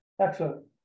excellent